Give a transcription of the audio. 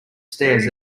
stairs